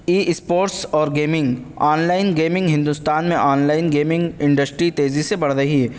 ای sports اور gaming online gaming Hindustan میں online gaming industry تیزی سے بڑھ رہی ہے